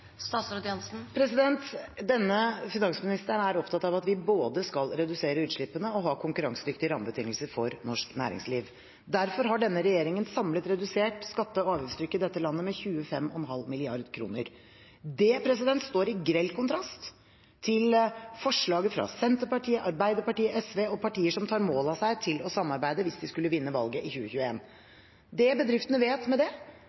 Denne finansministeren er opptatt av at vi skal både redusere utslippene og ha konkurransedyktige rammebetingelser for norsk næringsliv. Derfor har denne regjeringen samlet redusert skatte- og avgiftstrykket i dette landet med 25,5 mrd. kr. Det står i grell kontrast til forslag fra Senterpartiet, Arbeiderpartiet, SV og partier som tar mål av seg til å samarbeide hvis de skulle vinne valget i 2021. Det bedriftene vet de vil få med det,